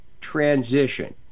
transition